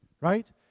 Right